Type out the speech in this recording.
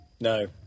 No